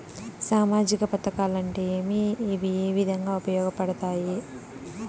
సామాజిక పథకాలు అంటే ఏమి? ఇవి ఏ విధంగా ఉపయోగపడతాయి పడతాయి?